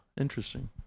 interesting